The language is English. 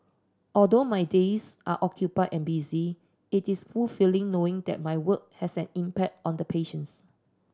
although my days are occupied and busy it is fulfilling knowing that my work has an impact on the patients